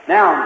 Now